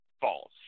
false